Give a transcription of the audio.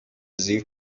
زیر